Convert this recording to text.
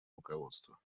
руководство